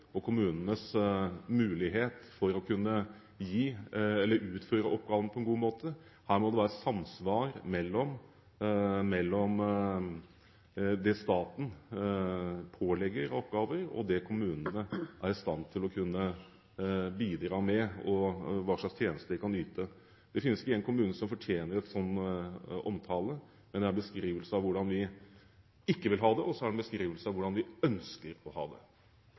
kunne utføre oppgavene på en god måte. Her må det være samsvar mellom det staten pålegger av oppgaver, og det kommunene er i stand til å bidra med, og hva slags tjenester de kan yte. Det finnes ikke én kommune som fortjener en slik omtale. Det er en beskrivelse av hvordan vi ikke vil ha det, og så er det en beskrivelse av hvordan vi ønsker å ha det.